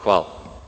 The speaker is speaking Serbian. Hvala.